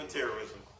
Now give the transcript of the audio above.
terrorism